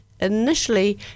initially